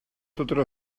сотору